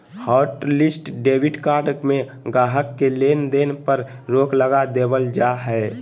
hotlist debit card में गाहक़ के लेन देन पर रोक लगा देबल जा हय